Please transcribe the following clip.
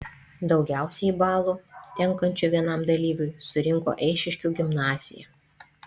daugiausiai balų tenkančių vienam dalyviui surinko eišiškių gimnazija